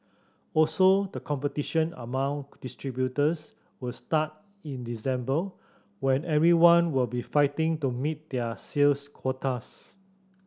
also the competition among distributors will start in December when everyone will be fighting to meet their sales quotas